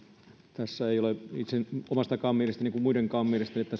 tässä ei ole omastakaan mielestäni niin kuin ei muidenkaan mielestä